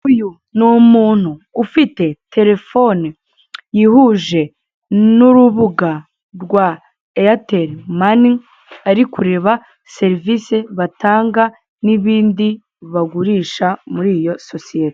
uyu n'umuntu ufite telefoni yihuje nurubuga rwa eyaterimani ari kureba serivise batanga n'ibindi bagurisha muriyo sosiyete.